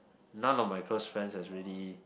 none of my close friends has really